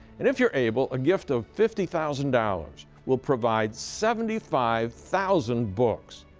and if you are able a gift of fifty thousand dollars will provide seventy five thousand books.